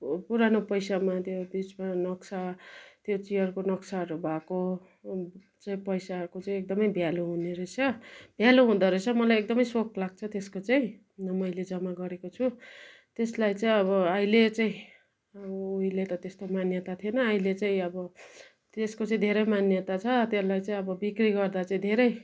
पुरानो पैसामा त्यो बिचमा नक्सा त्यो चियरको नक्साहरू भएको चाहिँ पैसाको चाहिँ एकदमै भ्यालु हुने रहेछ भ्यालु हुँदो रहेछ मलाई एकदमै सोख लाग्छ त्यसको चाहिँ मैले जम्मा गरेको छु त्यसलाई चाहिँ अब अहिले चाहिँ उहिले त त्यस्तो मान्यता थिएन अहिले चाहिँ अब त्यसको चाहिँ धेरै मान्यता छ त्यसलाई चाहिँ अब बिक्री गर्दा चाहिँ धेरै